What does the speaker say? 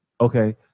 Okay